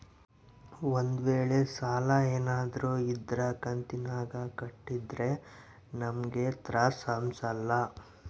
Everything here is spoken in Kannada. ಒಂದ್ವೇಳೆ ಸಾಲ ಏನಾದ್ರೂ ಇದ್ರ ಕಂತಿನಾಗ ಕಟ್ಟಿದ್ರೆ ನಮ್ಗೂ ತ್ರಾಸ್ ಅಂಸಲ್ಲ